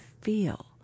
feel